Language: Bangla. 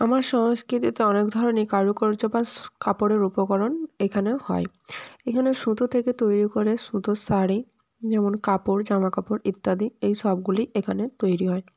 আমার সংস্কৃতিতে অনেক ধরনই কারুকার্য বা স কাপড়ের উপকরণ এখানেও হয় এখানে সুতো থেকে তৈরি করে সুতোর শাড়ি যেমন কাপড় জামা কাপড় ইত্যাদি এই সবগুলি এখানে তৈরি হয়